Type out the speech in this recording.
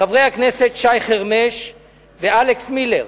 חברי הכנסת שי חרמש ואלכס מילר.